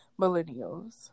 millennials